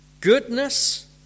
goodness